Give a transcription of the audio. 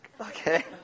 Okay